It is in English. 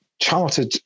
chartered